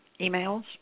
emails